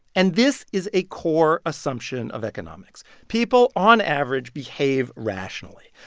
and this is a core assumption of economics people, on average, behave rationally.